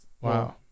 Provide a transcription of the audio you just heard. Wow